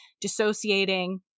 dissociating